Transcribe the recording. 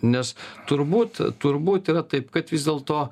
nes turbūt turbūt yra taip kad vis dėlto